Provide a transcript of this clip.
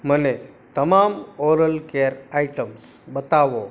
મને તમામ oral care items બતાવો